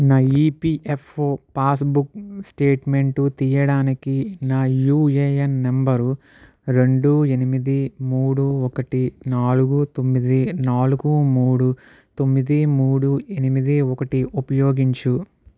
నా EPFO passbook statement తీయడానికి నా యూఏఎన్ నంబరు రొండు ఎనిమిది మూడు ఒకటి నాలుగు తొమ్మిది నాలుగు మూడు తొమ్మిది మూడు ఎనిమిది ఒకటి ఉపయోగించు